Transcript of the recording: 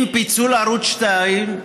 עם פיצול ערוץ 2,